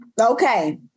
Okay